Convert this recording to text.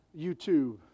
YouTube